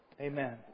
amen